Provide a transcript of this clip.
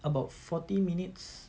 about forty minutes